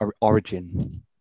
origin